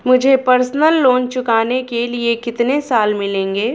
मुझे personal loan चुकाने के लिए कितने साल मिलेंगे?